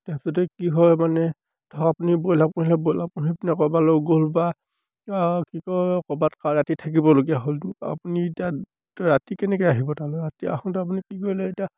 তাৰপিছতে কি হয় মানে ধৰক আপুনি ব্ৰইলাৰ পুহিলে ব্ৰইলাৰ পুহি পিনে ক'ৰবালেও গ'ল বা কি কয় ক'ৰবাত ৰাতি থাকিবলগীয়া হ'ল তো আপুনি এতিয়া ৰাতি কেনেকৈ আহিব তালৈ ৰাতি আহোঁতে আপুনি কি কৰিলে এতিয়া